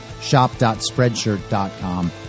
shop.spreadshirt.com